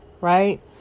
right